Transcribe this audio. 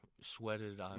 sweated